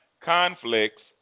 conflicts